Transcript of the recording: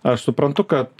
aš suprantu kad